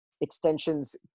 extensions